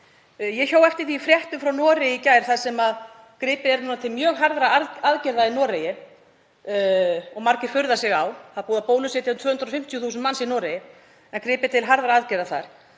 Ég hjó eftir því í fréttum frá Noregi í gær, þar sem gripið er til mjög harðra aðgerða sem margir furða sig á — það er búið að bólusetja um 250.000 manns í Noregi en gripið er til harðra aðgerða þar